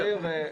כן.